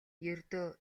ердөө